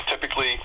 typically